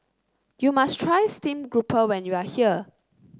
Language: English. you must try Steamed Grouper when you are here